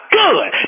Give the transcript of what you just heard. good